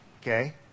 okay